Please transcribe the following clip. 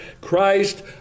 Christ